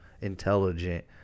Intelligent